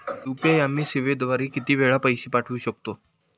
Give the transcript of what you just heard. UPI आम्ही सेवेद्वारे किती वेळा पैसे पाठवू शकतो?